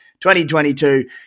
2022